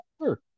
Sure